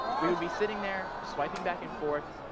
we would be sitting there swiping back and forth,